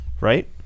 right